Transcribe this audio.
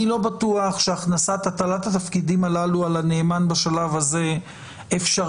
אני לא בטוח שהטלת התפקידים הללו על הנאמן בשלב הזה אפשרית